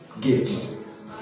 Gifts